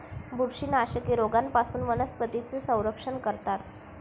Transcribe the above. बुरशीनाशके रोगांपासून वनस्पतींचे संरक्षण करतात